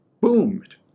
boomed